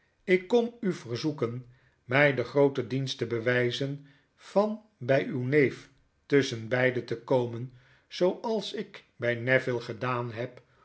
ik kom u verzoeken ray den grooten dienst te bewijzen van by uw neef tusschenbeide te komen zooals ik bij neville gedaan heb